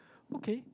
okay